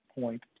point